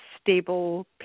stable